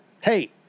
Hey